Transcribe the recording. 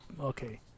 Okay